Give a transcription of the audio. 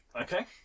Okay